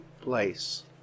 place